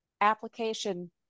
application